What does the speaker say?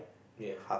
ya